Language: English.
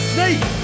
Snake